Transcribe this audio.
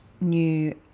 new